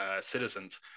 citizens